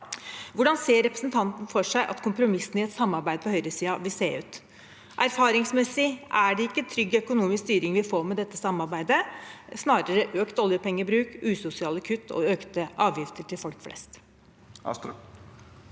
Hvordan ser representanten for seg at kompromissene i et samarbeid på høyresiden vil se ut? Erfaringsmessig er det ikke trygg økonomisk styring vi får med dette samarbeidet, snarere økt oljepengebruk, usosiale kutt og økte avgifter for folk flest.